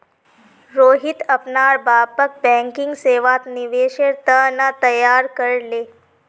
रोहित अपनार बापक बैंकिंग सेवात निवेशेर त न तैयार कर ले